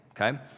okay